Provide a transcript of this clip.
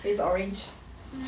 it's orange